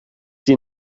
sie